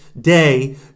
day